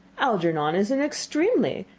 algernon is an extremely,